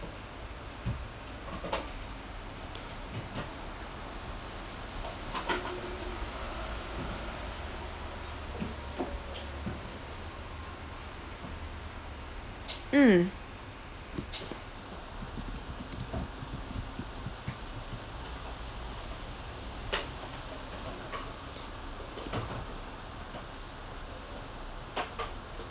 mm